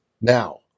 Now